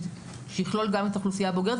שיכלול גם את האוכלוסייה הבוגרת.